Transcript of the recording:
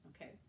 Okay